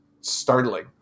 startling